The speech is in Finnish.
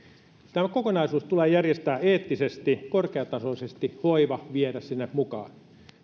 tämä kokonaisuus tulee järjestää eettisesti ja viedä korkeatasoisesti hoiva sinne mukaan